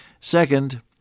Second